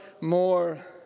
more